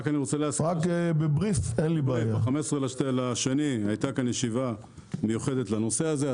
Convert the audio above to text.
ב-15 בפברואר הייתה כאן ישיבה מיוחדת בנושא הזה.